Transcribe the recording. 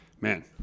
man